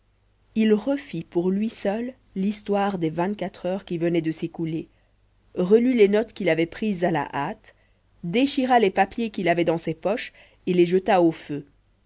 il refit pour lui seul l'histoire des vingt-quatre heures qui venaient de s'écouler relut les notes qu'il avait prises à la hâte déchira les papiers qu'il avait dans ses poches et les jeta au feu